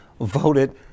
voted